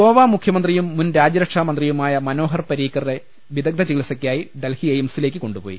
ഗോവ മുഖ്യമന്ത്രിയും മുൻ രാജ്യരക്ഷാമന്ത്രിയുമായ മനോഹർ പരീക്കറെ വിദഗ്ദ്ധ ചികിത്സയ്ക്കായി ഡൽഹി എയിംസിലേക്ക് കൊണ്ടുപോയി